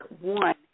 one